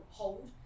hold